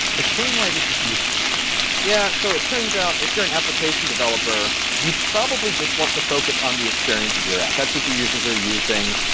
explain why this is useful yeah. so it turns out if your and application developer you probably just want to focus on the experience of your app. that's what users are using.